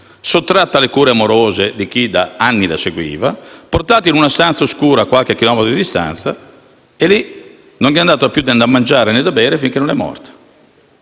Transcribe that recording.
sottratta alle cure amorevoli di chi da anni la seguiva, portata in una stanza oscura a qualche chilometro di distanza, dove non le hanno più dato da mangiare né da bere, finché non è morta.